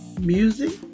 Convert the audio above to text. music